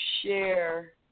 share